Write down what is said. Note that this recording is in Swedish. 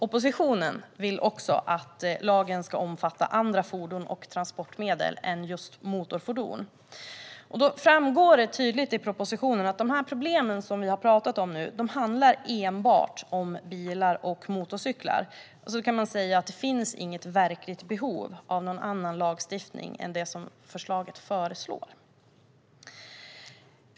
Oppositionen vill också att lagen ska omfatta andra fordon och transportmedel än just motorfordon. I propositionen framgår tydligt att de problem som vi nu har pratat om enbart handlar om bilar och motorcyklar. Det finns inget verkligt behov av någon annan lagstiftning än den som förordas i förslaget.